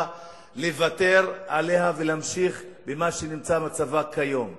לוותר עליה ולהמשיך במצבה כפי שהוא היום.